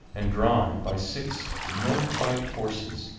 and drawn by six milk-white horses.